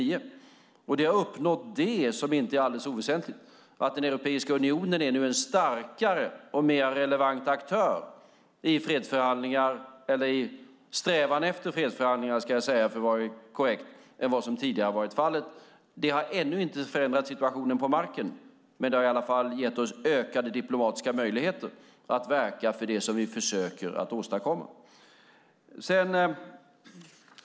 I och med detta har vi uppnått det som inte är alldeles oväsentligt: att Europeiska unionen nu är en starkare och mer relevant aktör i fredsförhandlingar eller i strävan efter fredsförhandlingar - ska jag säga för att vara korrekt - än vad som tidigare har varit fallet. Det har ännu inte förändrat situationen på marken. Men det har i alla fall gett oss ökade diplomatiska möjligheter att verka för det som vi försöker att åstadkomma.